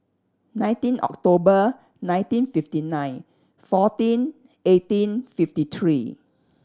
nineteen October nineteen fifty nine fourteen eighteen fifty three